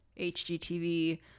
HGTV